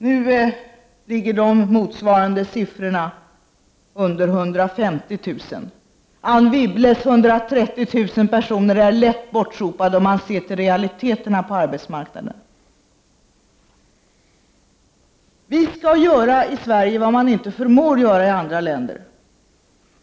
Nu ligger motsvarande siffror under 150000. De 130000 Anne Wibble nämner är lätt bortsopade om man ser till realiteterna på arbetsmarknaden. Vi skall i Sverige göra vad man inte förmår göra i andra länder.